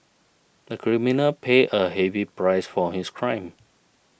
the criminal paid a heavy price for his crime